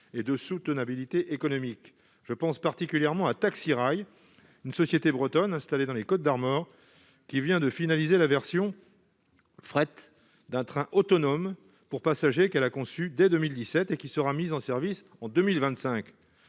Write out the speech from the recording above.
et de soutenabilité économique je pense particulièrement à Taxi Rail une société bretonne installée dans les Côtes d'Armor qui vient de finaliser la version fret d'un train autonome pour passagers qu'elle a conçu dès 2017 et qui sera mis en service en 2025,